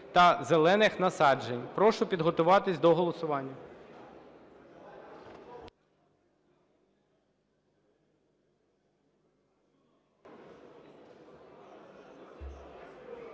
Прошу підготуватись до голосування.